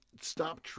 Stop